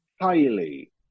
Highly